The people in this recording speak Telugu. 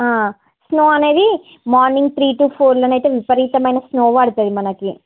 స్నో అనేది మార్నింగ్ త్రీ టు ఫోర్లో నైతే విపరీతమైన స్నో పడుతుంది మనకి